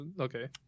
Okay